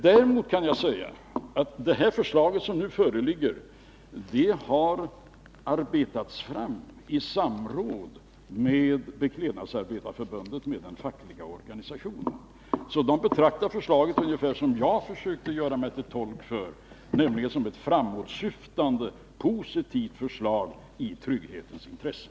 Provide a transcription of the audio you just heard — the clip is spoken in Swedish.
Däremot kan jag säga att det förslag som nu föreligger har arbetats fram i samråd med Beklädnadsarbetareförbundet. Den fackliga organisationen betraktar förslaget ungefär så som jag försökte förklara att jag ser på det, nämligen som ett framåtsyftande, positivt förslag i trygghetens intresse.